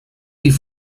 die